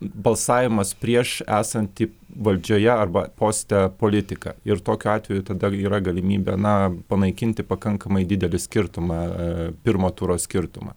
balsavimas prieš esantį valdžioje arba poste politika ir tokiu atveju tada yra galimybė na panaikinti pakankamai didelį skirtumą pirmo turo skirtumą